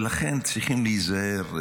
ולכן צריכים להיזהר,